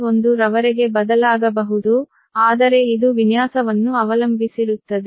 1 ರವರೆಗೆ ಬದಲಾಗಬಹುದು ಆದರೆ ಇದು ವಿನ್ಯಾಸವನ್ನು ಅವಲಂಬಿಸಿರುತ್ತದೆ